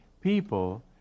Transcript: people